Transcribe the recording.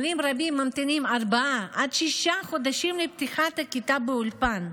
ועולים רבים ממתינים ארבעה עד שישה חודשים לפתיחת הכיתה באולפן.